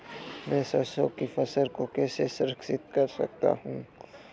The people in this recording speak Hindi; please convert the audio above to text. मैं सरसों की फसल को कैसे संरक्षित कर सकता हूँ?